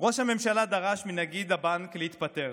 ראש הממשלה דרש מנגיד הבנק להתפטר.